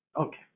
Okay